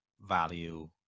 value